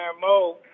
Mo